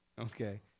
Okay